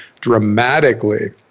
dramatically